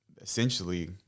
essentially